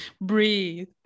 breathe